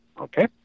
Okay